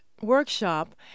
workshop